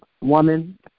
woman